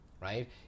right